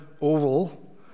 oval